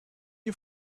you